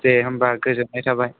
दे होनबा गोजोन्नाय थाबाय